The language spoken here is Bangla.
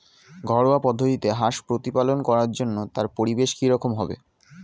ঘরোয়া পদ্ধতিতে হাঁস প্রতিপালন করার জন্য তার পরিবেশ কী রকম হবে?